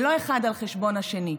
ולא אחד על חשבון השני.